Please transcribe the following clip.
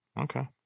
Okay